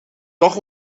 toch